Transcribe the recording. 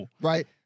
right